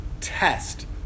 test